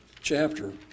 chapter